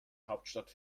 hauptstadt